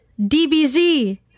DBZ